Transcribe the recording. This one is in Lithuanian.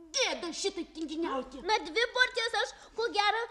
gėda šitaip tinginiauti na dvi porcijas aš ko gero